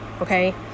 okay